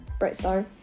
Brightstar